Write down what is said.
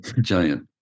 giant